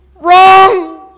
Wrong